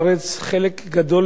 חלק גדול מהם